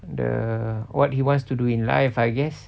the what he wants to do in life I guess